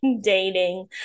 dating